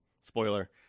spoiler